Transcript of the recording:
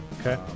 Okay